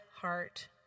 heart